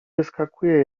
wyskakuje